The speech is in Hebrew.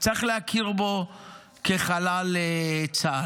צריך להכיר בו כחלל צה"ל.